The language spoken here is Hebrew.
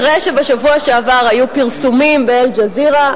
אחרי שבשבוע שעבר היו פרסומים ב"אל-ג'זירה",